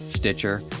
Stitcher